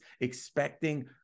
expecting